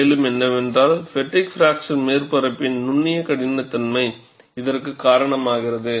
மேலும் என்னவென்றால் fatigue fracture மேற்பரப்பின் நுண்ணிய கடினத்தன்மை இதற்கு காரணமாகிறது